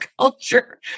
culture